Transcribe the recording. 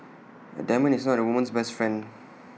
A diamond is not A woman's best friend